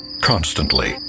Constantly